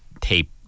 tape